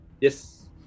Yes